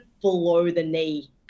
below-the-knee